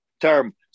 term